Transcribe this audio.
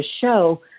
show